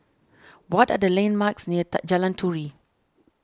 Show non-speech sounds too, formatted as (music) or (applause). what are the landmarks near (unintelligible) Jalan Turi